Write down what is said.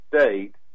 state